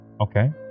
Okay